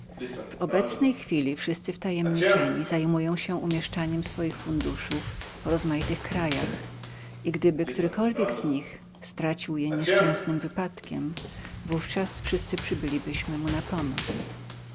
obecnej chwili wszyscy wtajemniczeni zajmują się w jaskiniach umieszczaniem swoich funduszów po rozmaitych krajach i gdyby którykolwiek z nich stracił je nieszczęsnym wypadkiem naówczas wszyscy przybylibyśmy mu na pomoc